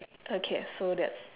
okay so that's